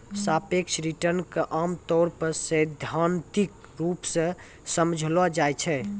सापेक्ष रिटर्न क आमतौर पर सैद्धांतिक रूप सें समझलो जाय छै